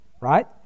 right